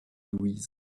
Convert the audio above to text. louise